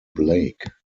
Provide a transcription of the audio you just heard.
blake